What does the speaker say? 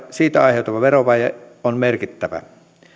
siitä aiheutuva verovaje on merkittävä